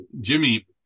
Jimmy